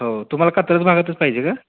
हो तुम्हाला कात्रज भागातच पाहिजे का